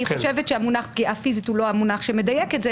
אני חושבת שהמונח פגיעה פיזית הוא לא המונח שמדייק את זה.